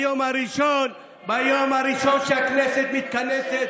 ביום הראשון שהכנסת מתכנסת,